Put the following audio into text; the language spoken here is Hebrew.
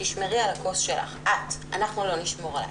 תשמרי על הכוס שלך את, אנחנו לא נשמור עליך.